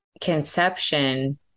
conception